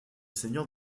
seigneur